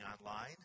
online